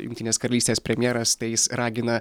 jungtinės karalystės premjeras tai jis ragina